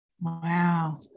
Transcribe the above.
Wow